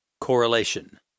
Correlation